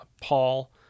Paul